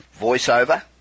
voiceover